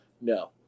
No